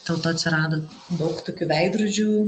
dėl to atsirado daug tokių veidrodžių